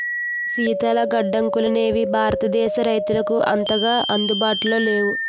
శీతల గడ్డంగులనేవి భారతదేశ రైతులకు అంతగా అందుబాటులో లేవు